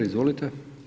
Izvolite.